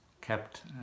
kept